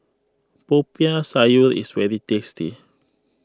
Popiah Sayur is very tasty